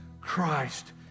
Christ